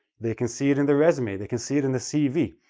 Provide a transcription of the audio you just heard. they can see it in the resume. they can see it in the cv.